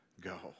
go